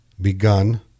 begun